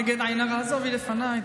נגד עין הרע, עזוב, היא לפניי.